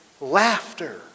laughter